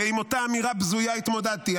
ועם אותה אמירה בזויה התמודדתי.